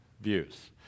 views